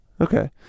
Okay